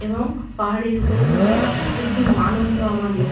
এবং পাহাড়ের উপরে উঠে সে কি আনন্দ আমাদের